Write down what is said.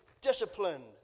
disciplined